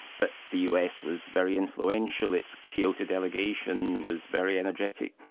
but the us was very influential, its kyoto delegation was very energetic,